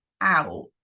out